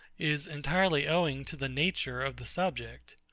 is entirely owing to the nature of the subject.